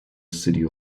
city